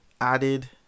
added